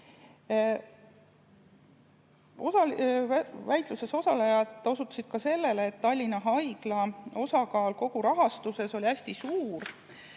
Väitluses osalejad osutasid sellele, et Tallinna Haigla osakaal kogu rahastuses oli hästi suur